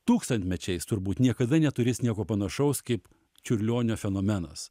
tūkstantmečiais turbūt niekada neturės nieko panašaus kaip čiurlionio fenomenas